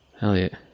Elliot